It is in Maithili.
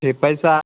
ठीक पैसा